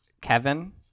Kevin